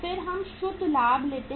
फिर हम शुद्ध लाभ लेते हैं